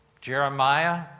Jeremiah